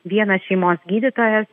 vienas šeimos gydytojas